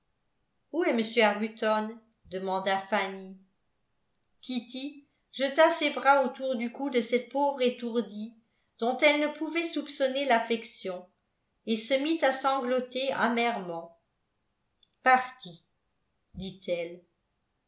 où est m arbuton demanda fanny kitty jeta ses bras autour du cou de cette pauvre étourdie dont elle ne pouvait soupçonner l'affection et se mit à sangloter amèrement parti dit-elle